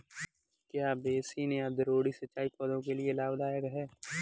क्या बेसिन या द्रोणी सिंचाई पौधों के लिए लाभदायक है?